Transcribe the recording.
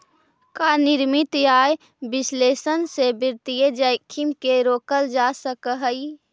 का निश्चित आय विश्लेषण से वित्तीय जोखिम के रोकल जा सकऽ हइ?